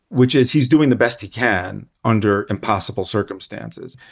which is he's doing the best he can under impossible circumstances.